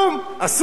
תוריד את זה.